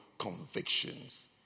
convictions